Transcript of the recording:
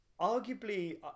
arguably